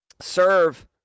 serve